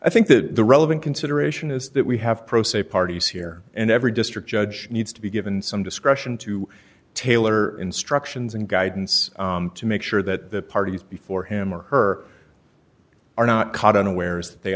i think that the relevant consideration is that we have pro se parties here and every district judge needs to be given some discretion to tailor instructions and guidance to make sure that the parties before him or her are not caught unawares th